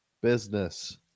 business